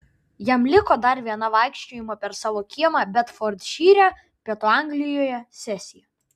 jam liko dar viena vaikščiojimo per savo kiemą bedfordšyre pietų anglijoje sesija